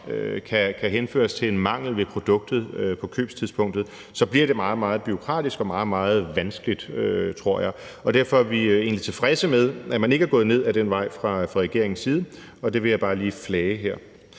kan henføres til en mangel ved produktet på købstidspunktet, så bliver det meget, meget bureaukratisk og meget, meget vanskeligt, tror jeg. Derfor er vi egentlig tilfredse med, at man ikke er gået ned ad den vej fra regeringens side, og det vil jeg bare lige flage her.